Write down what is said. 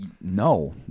No